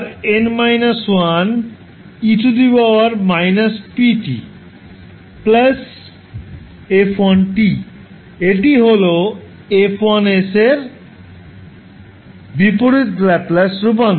এটি হল 𝐹1 𝑠 ফাংশনের বিপরীত ল্যাপলাস রূপান্তর